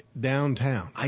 downtown